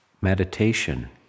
meditation